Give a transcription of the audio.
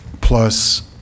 plus